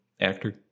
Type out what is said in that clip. actor